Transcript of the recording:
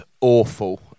awful